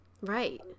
Right